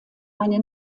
eine